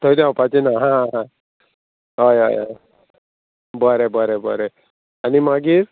थंय देंवपाचें ना हा हा हय हय हय बरें बरें बरें आनी मागीर